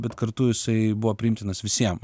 bet kartu jisai buvo priimtinas visiem